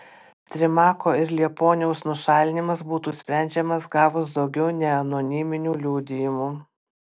trimako ir liepuoniaus nušalinimas būtų sprendžiamas gavus daugiau neanoniminių liudijimų